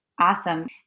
Awesome